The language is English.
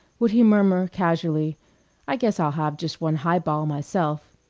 would he murmur casually i guess i'll have just one high-ball myself